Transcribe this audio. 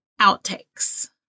outtakes